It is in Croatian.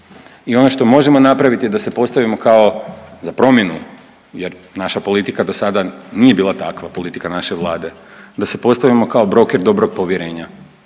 i ono što možemo napraviti je da se postavimo kao za promjenu jer naša politika dosada nije bila takva politika naše vlade, da se postavimo kao broker dobrog povjerenja.